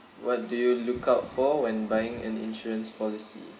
what do you look out for when buying an insurance policy